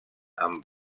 amb